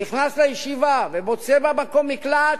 נכנס לישיבה ומוצא בה מקום מקלט,